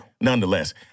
Nonetheless